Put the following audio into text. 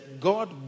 God